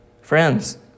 Friends